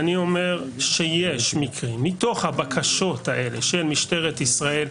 אני אומר שיש מקרים מתוך הבקשות האלה של משטרת ישראל,